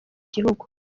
gihugu